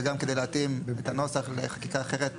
וגם כדי להתאים את הנוסח לחקיקה אחרת